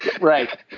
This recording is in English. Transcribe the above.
Right